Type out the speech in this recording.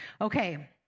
Okay